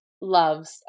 loves